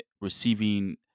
receiving